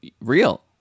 real